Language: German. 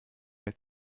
mehr